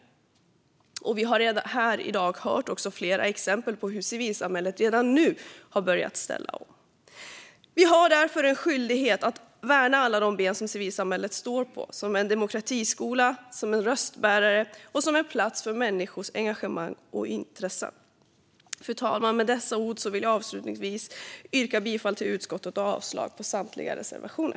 I dag har vi också hört flera exempel på hur civilsamhället redan har börjat ställa om. Vi har en skyldighet att värna alla de ben civilsamhället står på, som en demokratiskola, som en röstbärare och som en plats för människors engagemang och intressen. Fru talman! Med dessa ord vill jag avslutningsvis yrka bifall till utskottets förslag och avslag på samtliga reservationer.